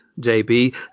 JB